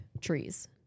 trees